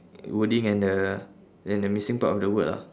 wording and uh and the missing part of the word ah